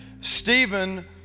Stephen